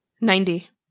ninety